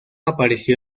apareció